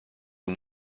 who